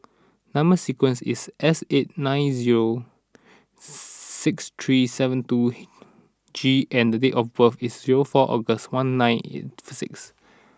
number sequence is S eight nine zero six three seven two G and date of birth is zero four August one nine eight four six